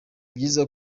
byiza